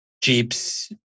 jeeps